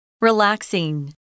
Relaxing